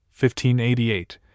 1588